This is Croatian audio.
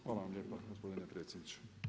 Hvala vam lijepa gospodine predsjedniče.